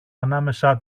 ανάμεσα